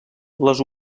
les